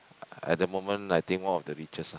at that moment I think one of the richest ah